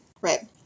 right